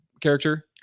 character